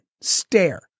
Stare